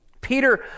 Peter